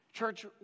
Church